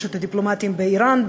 יש הדיפלומטים באיראן,